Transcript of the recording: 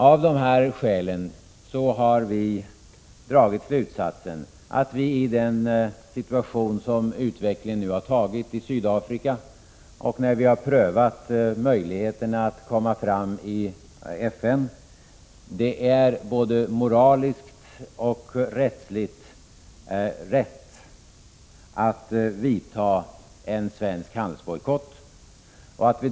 Av dessa skäl har vi dragit slutsatsen att det i den situtation som utvecklingen nu har medfört i Sydafrika — och när vi har prövat möjligheterna att komma fram i FN — är både moraliskt och rättsligt rätt att genomföra en svensk handelsbojkott.